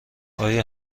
آیا